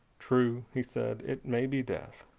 true, he said, it may be death